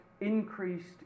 increased